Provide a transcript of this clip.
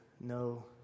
no